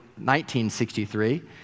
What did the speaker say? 1963